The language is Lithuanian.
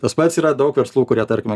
tas pats yra daug verslų kurie tarkim